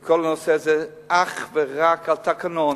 כל הנושא הזה אך ורק על תקנון.